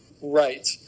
Right